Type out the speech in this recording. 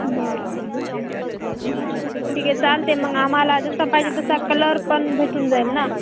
बरं बरं ठीक आहे चालते मग आम्हाला जसा पाहिजे तसा कलर पण भेटून जाईल ना